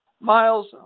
Miles